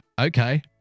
Okay